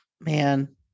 man